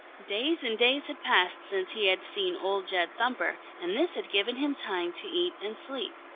days and days had passed since he had seen old jed thumper, and this had given him time to eat and sleep.